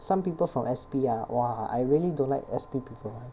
some people from S_P ah !wah! I really don't like S_P people